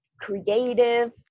creative